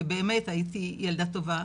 ובאמת הייתי ילדה טובה,